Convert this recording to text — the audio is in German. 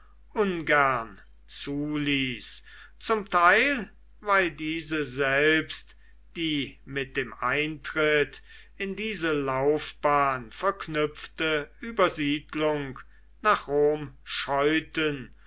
ungern zuließ zum teil weil diese selbst die mit dem eintritt in diese laufbahn verknüpfte übersiedlung nach rom scheuten